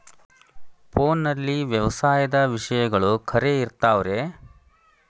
ಫೋನಲ್ಲಿ ವ್ಯವಸಾಯದ ವಿಷಯಗಳು ಖರೇ ಇರತಾವ್ ರೇ?